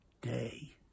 day